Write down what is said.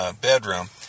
bedroom